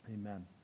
Amen